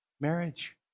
Marriage